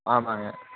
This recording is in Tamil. ஆமாங்க